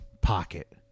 pocket